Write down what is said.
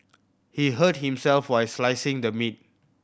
he hurt himself while slicing the meat